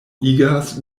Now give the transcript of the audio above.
igas